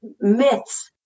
myths